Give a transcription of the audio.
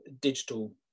digital